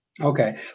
Okay